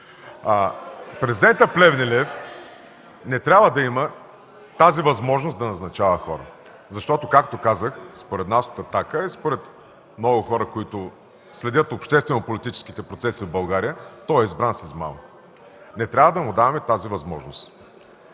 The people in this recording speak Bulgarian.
Президентът Плевнелиев не трябва да има тази възможност да назначава хората, защото, както казах, според нас от „Атака” и според много хора, които следят обществено-политическите процеси в България, той е избран с малко. Не трябва да му даваме тази възможност.